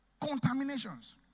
Contaminations